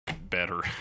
better